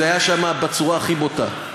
זה היה שם בצורה הכי בוטה,